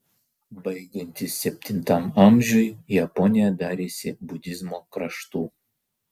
baigiantis septintam amžiui japonija darėsi budizmo kraštu